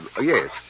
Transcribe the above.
Yes